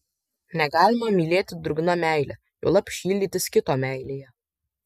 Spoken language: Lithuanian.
negalima mylėti drungna meile juolab šildytis kito meilėje